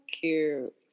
Cute